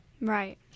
right